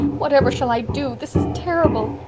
whatever shall i do? this is terrible.